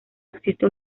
existe